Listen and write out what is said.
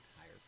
higher